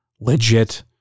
legit